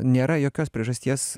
nėra jokios priežasties